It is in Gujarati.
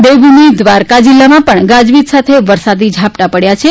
દેવભૂમિ દ્વારકા જીલ્લામાં પણ ગાજવીજ સાથે વરસાદી ઝાપટા પડથા છે